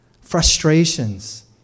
frustrations